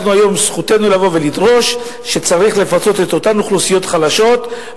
זכותנו לבוא ולדרוש לפצות את אותן אוכלוסיות חלשות,